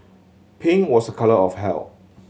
pink was a colour of health